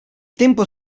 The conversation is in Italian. tempo